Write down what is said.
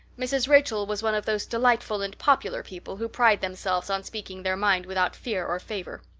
mrs. rachel was one of those delightful and popular people who pride themselves on speaking their mind without fear or favor.